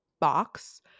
box